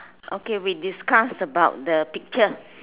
okay we discuss about the picture